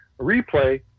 replay